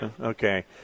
Okay